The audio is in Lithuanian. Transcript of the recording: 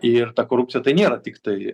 ir ta korupcija tai nėra tiktai